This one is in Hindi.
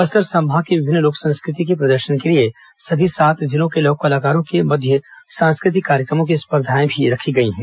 बस्तर संभाग की विभिन्न लोक संस्कृति के प्रदर्शन के लिए सभी सातों जिलों के लोक कलाकारों के मध्य सांस्कृतिक कार्यक्रमों की स्पर्धाएं रखी गई हैं